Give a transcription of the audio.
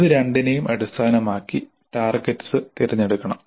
ഇത് രണ്ടിനെയും അടിസ്ഥാനമാക്കി ടാർഗെറ്സ് തിരഞ്ഞെടുക്കണം